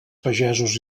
pagesos